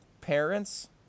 parents